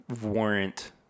warrant